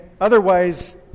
Otherwise